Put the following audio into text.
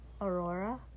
Aurora